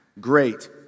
great